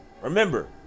Remember